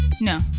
No